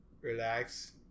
relax